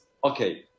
Okay